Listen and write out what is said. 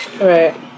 Right